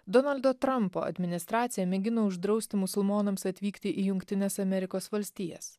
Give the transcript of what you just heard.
donaldo trampo administracija mėgino uždrausti musulmonams atvykti į jungtines amerikos valstijas